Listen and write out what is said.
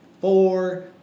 four